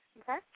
okay